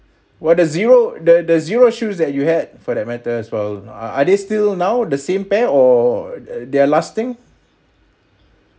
well the zero the the zero shoes that you had for that matter as well are are they still now the same pair or they are lasting